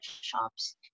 shops